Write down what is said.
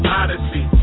odyssey